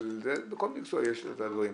יש את הלימודים